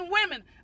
women